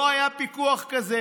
לא היה פיקוח כזה.